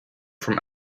from